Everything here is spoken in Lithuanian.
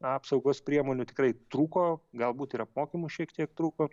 apsaugos priemonių tikrai trūko galbūt ir apmokymų šiek tiek trūko